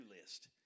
list